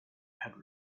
had